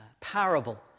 parable